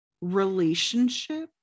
relationship